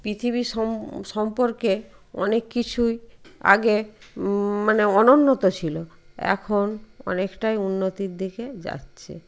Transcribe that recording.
পৃথিবী সম্পর্কে অনেক কিছুই আগে মানে অনুন্নত ছিল এখন অনেকটাই উন্নতির দিকে যাচ্ছে